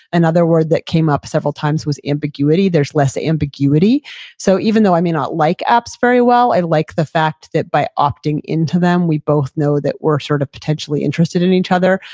another word that came up several times was ambiguity, there's less ambiguity so even though i may not like apps very well, i like the fact that by opting into them, we both know that we're sort of potentially interested in each other.